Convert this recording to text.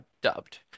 dubbed